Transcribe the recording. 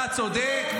אתה צודק,